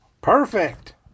Perfect